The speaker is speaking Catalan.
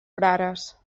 frares